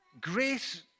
Grace